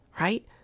right